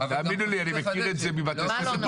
תאמינו לי, אני מכיר את זה מבתי ספר בירושלים.